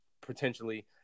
potentially